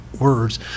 words